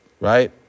Right